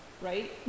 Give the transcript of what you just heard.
right